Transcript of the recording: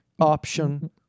option